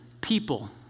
people